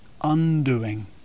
undoing